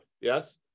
Yes